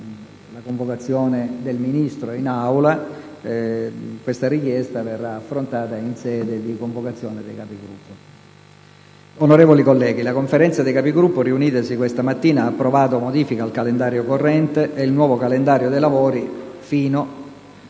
la Conferenza dei Capigruppo, riunitasi questa mattina, ha approvato modifiche al calendario corrente e il nuovo calendario dei lavori fino al